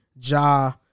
Ja